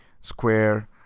Square